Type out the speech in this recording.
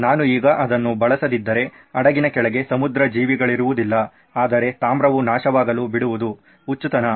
ನಾನು ಈಗ ಅದನ್ನು ಬಳಸದಿದ್ದರೆ ಹಡಗಿನ ಕೆಳಗೆ ಸಮುದ್ರ ಜೀವಿಗಳಿರುವುದಿಲ್ಲ ಆದರೆ ತಾಮ್ರವು ನಾಶವಗಲು ಬಿಡುವುದು ಹುಚ್ಚುತನ